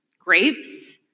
grapes